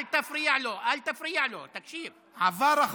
אל תפריע לו, אל תפריע לו.